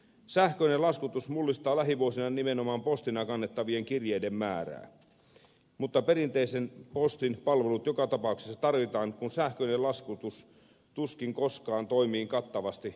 sähköinen laskutus mullistaa lähivuosina nimenomaan postina kannettavien kirjeiden määrää mutta perinteisen postin palvelut joka tapauksessa tarvitaan kun sähköinen laskutus tuskin koskaan toimii kattavasti koko maassa